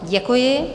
Děkuji.